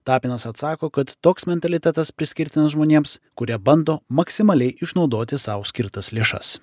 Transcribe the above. tapinas atsako kad toks mentalitetas priskirtinas žmonėms kurie bando maksimaliai išnaudoti sau skirtas lėšas